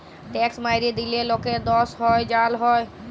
tax ম্যাইরে লিলে লকের দস হ্যয় জ্যাল হ্যয়